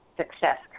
success